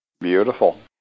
Beautiful